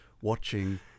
watching